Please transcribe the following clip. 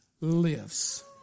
lives